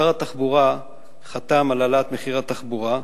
שר התחבורה חתם על העלאת מחיר התחבורה,